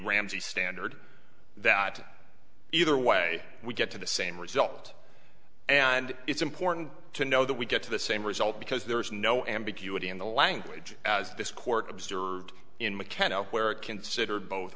ramsey standard that either way we get to the same result and it's important to know that we get to the same result because there is no ambiguity in the language as this court observed in mckenna where it considered both